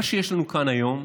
מה שיש לנו כאן היום,